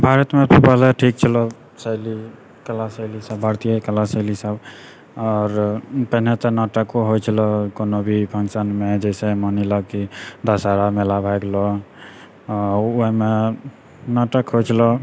भारतमे पहिले ठीक छलऽ शैली कला शैली सब भारतीय कला शैली सब आओर पहिने तऽ नाटको होइ छलऽ कोनो भी फंक्शनमे जइसे मानिलए कि दसहरा मेला भऽ गेलऽ ओहिमे नाटक होइ छलऽ